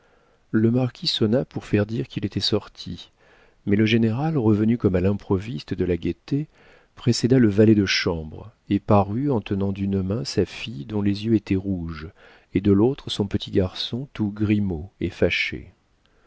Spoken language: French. le marquis sonna pour faire dire qu'il était sorti mais le général revenu comme à l'improviste de la gaieté précéda le valet de chambre et parut en tenant d'une main sa fille dont les yeux étaient rouges et de l'autre son petit garçon tout grimaud et fâché